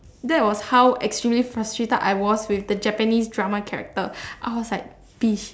that was how extremely frustrated I was with the japanese drama character I was like bitch